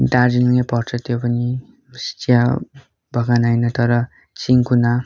दार्जिलिङै पर्छ त्यो पनि चिया बगान होइन तर सिन्कोना